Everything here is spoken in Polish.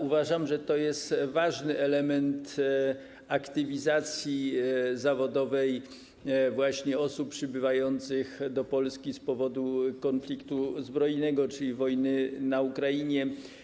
Uważam, że ważny jest element aktywizacji zawodowej właśnie osób przybywających do Polski z powodu konfliktu zbrojnego, czyli wojny na Ukrainie.